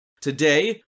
Today